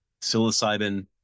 psilocybin